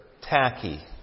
tacky